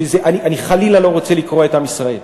אני חלילה לא רוצה לקרוע את עם ישראל,